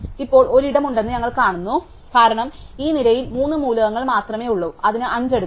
ഇപ്പോൾ ഒരു ഇടമുണ്ടെന്ന് ഞങ്ങൾ കാണുന്നു കാരണം ഈ നിരയിൽ മൂന്ന് മൂലകങ്ങൾ മാത്രമേ ഉള്ളൂ അതിന് 5 എടുക്കാം